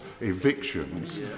evictions